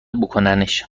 بکننش